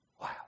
Wow